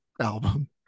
album